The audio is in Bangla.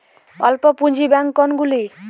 অল্প পুঁজি ব্যাঙ্ক কোনগুলি?